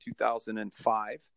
2005